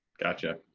gotcha.